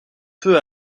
peu